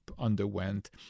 underwent